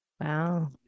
Wow